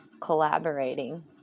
collaborating